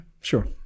sure